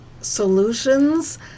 solutions